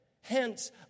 hence